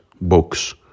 books